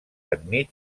enmig